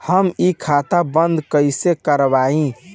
हम इ खाता बंद कइसे करवाई?